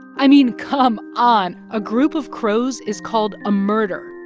i mean, come on. a group of crows is called a murder.